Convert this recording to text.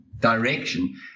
direction